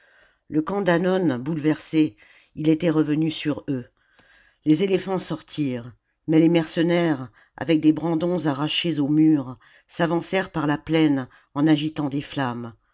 le camp d'hannon bouleversé il était revenu sur eux les éléphants sortirent mais les mercenaires avec des brandons arrachés aux murs s'avancèrent par la plaine en agitant des flammes